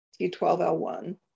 T12L1